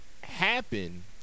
happen